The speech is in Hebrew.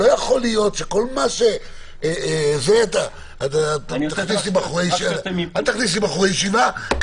לא יכול להיות שבכל נושא תכניס בחורי ישיבה.